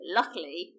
Luckily